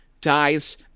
dies